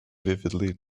vividly